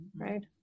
right